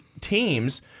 teams